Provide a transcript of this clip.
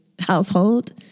household